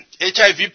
HIV